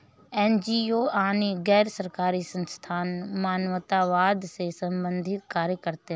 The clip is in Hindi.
एन.जी.ओ यानी गैर सरकारी संस्थान मानवतावाद से संबंधित कार्य करते हैं